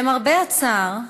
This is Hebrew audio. למרבה הצער,